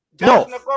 no